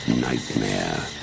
Nightmare